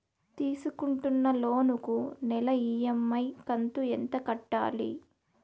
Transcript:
తీసుకుంటున్న లోను కు నెల ఇ.ఎం.ఐ కంతు ఎంత కట్టాలి?